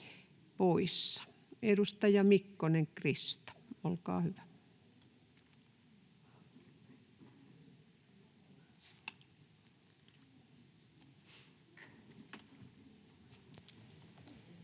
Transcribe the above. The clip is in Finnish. Edustaja Mikkonen, Krista, olkaa hyvä. [Speech